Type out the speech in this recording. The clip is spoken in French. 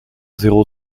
zéro